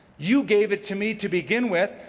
you gave it to me to begin with.